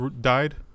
died